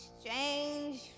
Strange